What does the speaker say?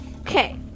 Okay